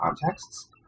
contexts